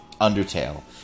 Undertale